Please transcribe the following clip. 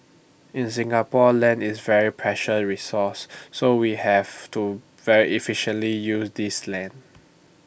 in Singapore land is A very precious resource so we have to very efficiently use this land